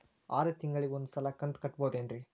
ಆರ ತಿಂಗಳಿಗ ಒಂದ್ ಸಲ ಕಂತ ಕಟ್ಟಬಹುದೇನ್ರಿ?